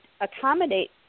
accommodate